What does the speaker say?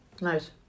Nice